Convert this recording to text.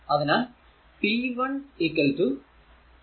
അതിനാൽ p 1 16 10